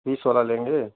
बीस वाला लेंगे